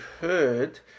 heard